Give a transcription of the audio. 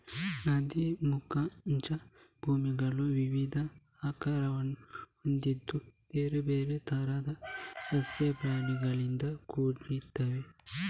ನದಿ ಮುಖಜ ಭೂಮಿಗಳು ವಿವಿಧ ಆಕಾರವನ್ನು ಹೊಂದಿದ್ದು ಬೇರೆ ಬೇರೆ ತರದ ಸಸ್ಯ ಪ್ರಾಣಿಗಳಿಂದ ಕೂಡಿರ್ತವೆ